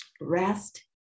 rest